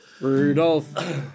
Rudolph